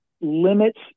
limits